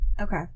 Okay